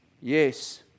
yes